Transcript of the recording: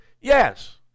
Yes